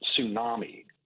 tsunami